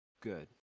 good